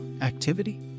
activity